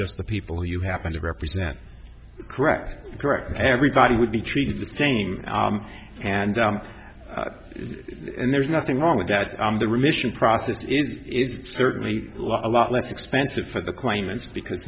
just the people you happen to represent correct correct everybody would be treated the same and and there's nothing wrong with that the remission process is certainly a lot less expensive for the claimants because